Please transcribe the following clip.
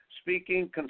speaking